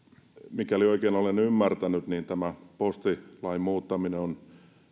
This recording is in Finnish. mikäli oikein olen ymmärtänyt tämä postilain muuttaminen on